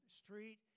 street